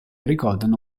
ricordano